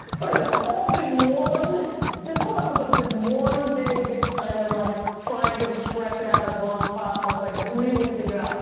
right, that's all been one, this whole episode's been one big, kind of like, trying to stretch it out as long as possible so i can really figure out,